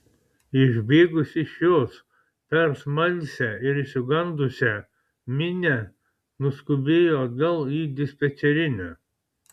išbėgusi iš jos per smalsią ir išsigandusią minią nuskubėjo atgal į dispečerinę